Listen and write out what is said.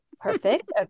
Perfect